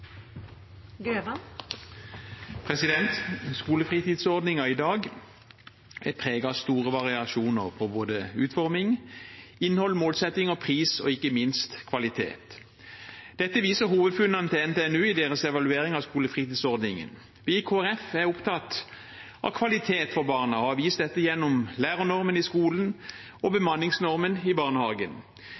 i dag preget av store variasjoner i både utforming, innhold, målsetting, pris og ikke minst kvalitet. Dette viser hovedfunnene i NTNUs evaluering av skolefritidsordningen. Vi i Kristelig Folkeparti er opptatt av kvalitet for barna og har vist dette gjennom lærernormen i skolen og bemanningsnormen i barnehagen.